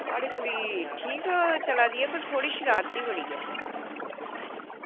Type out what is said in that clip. थुआढ़ी कुड़ी ठीक चला दी ऐ पर थोह्ड़ी शरारती बड़ी ऐ